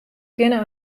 kinne